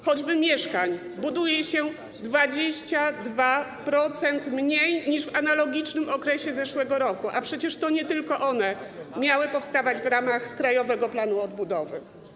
Choćby mieszkań buduje się 22% mniej niż w analogicznym okresie zeszłego roku, a przecież to nie tylko one miały powstawać w ramach Krajowego Planu Odbudowy.